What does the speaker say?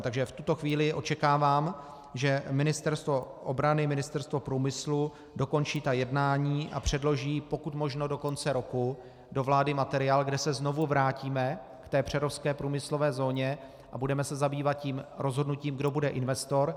Takže v tuto chvíli očekávám, že Ministerstvo obrany, Ministerstvo průmyslu dokončí ta jednání a předloží pokud možno do konce roku do vlády materiál, kde se znovu vrátíme k té přerovské průmyslové zóně a budeme se zabývat rozhodnutím, kdo bude investor.